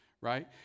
Right